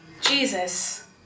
Jesus